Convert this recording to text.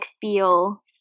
feel